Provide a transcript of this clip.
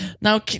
Now